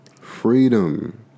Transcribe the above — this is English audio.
Freedom